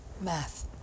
math